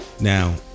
Now